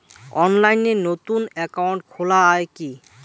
অনলাইনে নতুন একাউন্ট খোলা য়ায় কি?